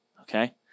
okay